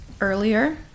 earlier